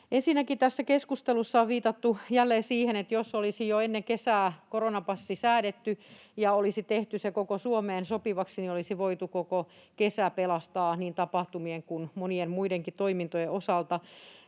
Ensinnäkin tässä keskustelussa on viitattu jälleen siihen, että jos olisi jo ennen kesää koronapassi säädetty ja olisi tehty se koko Suomeen sopivaksi, niin olisi voitu koko kesä pelastaa niin tapahtumien kuin monien muidenkin toimintojen osalta.